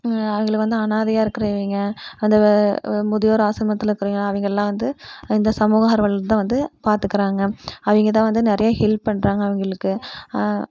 அவங்கள வந்து அனாதையாக இருக்குறவங்க அந்த முதியோர் ஆசிரமத்தில் இருக்குறவிங்க அவங்கள்லாம் இந்த சமூகஆர்வலர்கள் தான் வந்து பாத்துக்கிறாங்க அவங்க தான் வந்து நிறையா ஹெல்ப் பண்ணுறாங்க அவங்களுக்கு